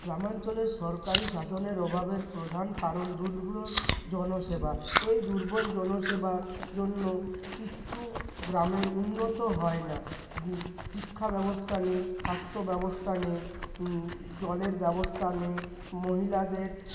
গ্রামাঞ্চলে সরকারি শাসনের অভাবের প্রধান কারণ দুর্বল জনসেবা এই দুর্বল জনসেবার জন্য কিচ্ছু গ্রামের উন্নত হয় না শিক্ষা ব্যবস্থা নেই স্বাস্থ্য ব্যবস্থা নেই জলের ব্যবস্থা নেই মহিলাদের